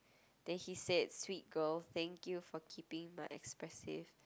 then he said sweet girl thank you for keeping my expressive